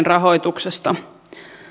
rahoituksesta